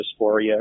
dysphoria